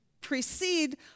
precede